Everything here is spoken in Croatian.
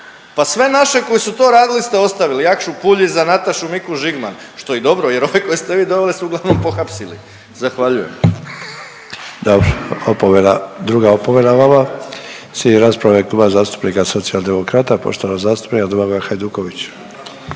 pa sve naše koji su to radili ste to ostavili Jakšu Puljiza, Natašu Mikuš Žigman što je je i dobro jer ove koje ste vi doveli su uglavnom pohapsili. Zahvaljujem. **Sanader, Ante (HDZ)** Dobro, opomena, druga opomena vama. Slijedi rasprava u ime Kluba zastupnika Socijaldemokrata poštovanog zastupnika Domagoja Hajdukovića.